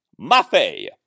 Mafe